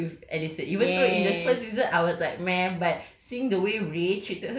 luther sia aku prefer bluther with allison even though in the first season I was like meh but